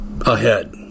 ahead